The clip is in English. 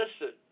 listen